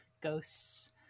ghosts